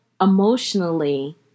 emotionally